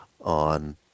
on